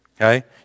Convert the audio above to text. okay